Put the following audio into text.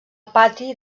pati